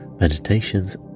meditations